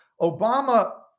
Obama